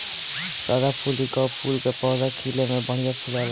सदाफुली कअ फूल के पौधा खिले में बढ़िया फुलाला